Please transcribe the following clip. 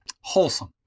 Wholesome